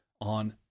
on